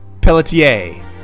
Pelletier